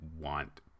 want